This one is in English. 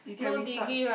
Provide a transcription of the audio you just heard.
you can research